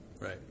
Right